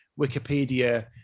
Wikipedia